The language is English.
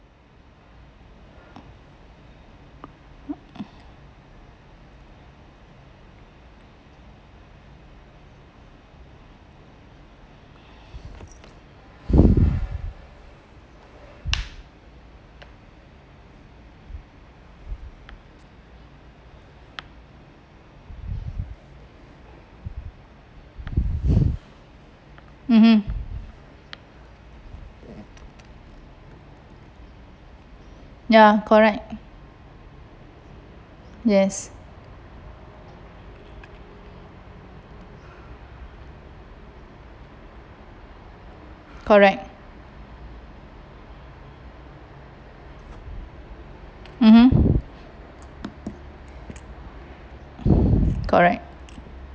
(uh huh) ya correct yes correct (uh huh) correct